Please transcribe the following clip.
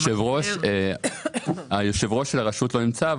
יושב-ראש הרשות לא נמצא פה,